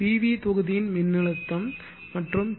we தொகுதியின் மின்னழுத்தம் மற்றும் பி